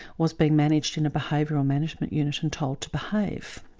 was being managed in a behavioural management unit and told to behave.